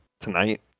tonight